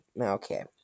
Okay